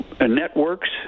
networks